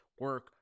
Work